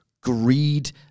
greed